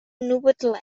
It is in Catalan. novetlè